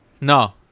No